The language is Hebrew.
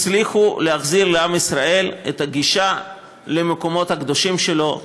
הצליחו להחזיר לעם ישראל את הגישה למקומות הקדושים שלו,